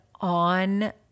on